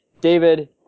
David